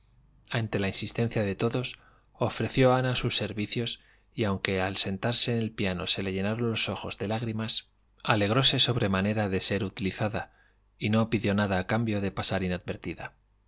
ante la insistencia de todos ofreció ana sus servicios y aunque al sentarse al piano se le llenaron los ojos de lágrimas alegróse sobremanera de ser utilizada y no pidió nada a cambio de pasar inadvertida